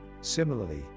Similarly